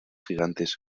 gigantes